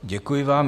Děkuji vám.